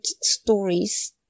stories